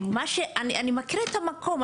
אני מכירה את המקום,